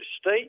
state